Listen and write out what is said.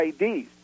IDs